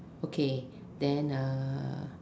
okay then uh